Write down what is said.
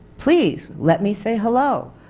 please let me say hello!